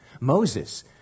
Moses